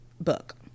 book